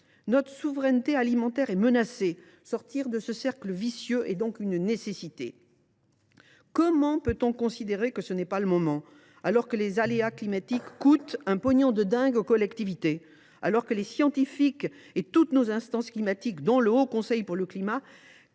Notre souveraineté alimentaire est menacée. Sortir de ce cercle vicieux est donc une nécessité. Comment peut on considérer que ce n’est pas le moment, alors que les aléas climatiques coûtent « un pognon de dingue » aux collectivités, alors que les scientifiques et toutes nos instances climatiques, dont le Haut Conseil pour le climat,